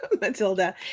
Matilda